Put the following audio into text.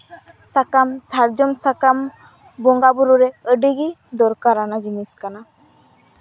ᱥᱟᱠᱟᱢ ᱥᱟᱨᱡᱚᱢ ᱥᱟᱠᱟᱢ ᱵᱚᱸᱜᱟ ᱵᱩᱨᱩᱨᱮ ᱟᱹᱰᱤᱜᱮ ᱫᱚᱨᱠᱟᱨᱟᱱᱟᱝ ᱡᱤᱱᱤᱥ ᱠᱟᱱᱟ